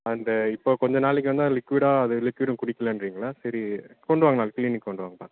and இப்போது கொஞ்சம் நாளைக்கு வந்து அது லிக்விடா அது லிக்விடும் குடிக்கலேன்றிங்கள்ளை சரி கொண்டு வாங்க நாளைக்கு க்ளீனிக் கொண்டு வாங்க பார்த்துக்